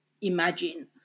imagine